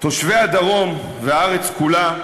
לתושבי הדרום והארץ כולה,